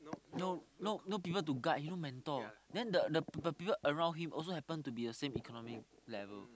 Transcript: no no no people to guide no mentor then the the people around him also happen to be the same economic level